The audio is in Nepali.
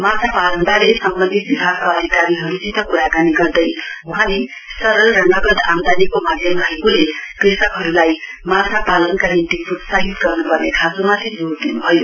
माछापालनबारे सम्वन्धित विभागका अधिकारीहरूसित कुराकानी गर्दै वहाँले सरल र नगद आमदानीको माध्यम रहेकोले कृषकहरूलाई माछा पालनका निम्ति प्रोत्साहित गर्नु पर्ने खाँचोमाथि जोड़ दिनुभयो